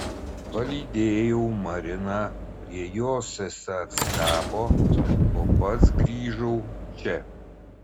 palydėjau mariną prie jos sesers kapo o pats grįžau čia